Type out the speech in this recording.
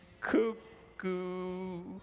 cuckoo